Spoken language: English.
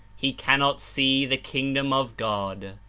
he cannot see the kingdom of god